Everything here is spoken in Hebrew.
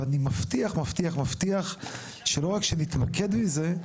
ואני מבטיח שלא רק שנתמקד בזה,